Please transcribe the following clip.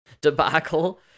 debacle